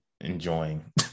enjoying